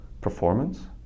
performance